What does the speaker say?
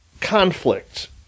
conflict